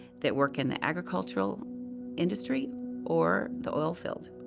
that work in the agricultural industry or the oil field.